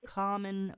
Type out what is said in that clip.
common